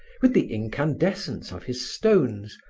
with the incandescence of his stones,